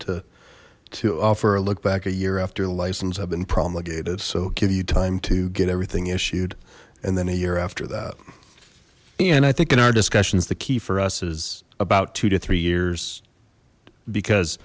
to to offer a look back a year after the license have been promulgated so give you time to get everything issued and then a year after that and i think in our discussions the key for us is about two to three years because